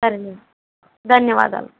సరే మేడమ్ ధన్యవాదాలు